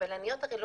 שבלניות לא